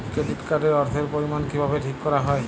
Credit card এর অর্থের পরিমান কিভাবে ঠিক করা হয়?